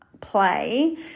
play